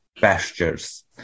pastures